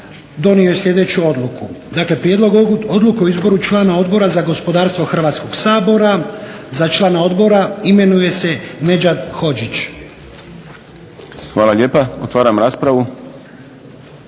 donio je sljedeću odluku, dakle prijedlog odluke o izboru člana Odbora za gospodarstvo Hrvatskog sabora. Za člana odbora imenuje se Nedžad Hodžić. **Šprem, Boris (SDP)** Hvala lijepa. Otvaram raspravu.